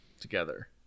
together